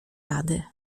rady